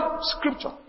scripture